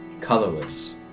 colorless